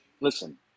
listen